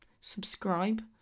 subscribe